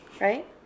right